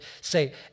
say